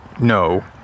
no